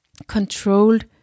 controlled